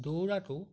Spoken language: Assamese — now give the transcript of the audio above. দৌৰাটো